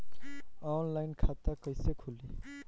Online खाता कईसे खुलि?